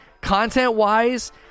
content-wise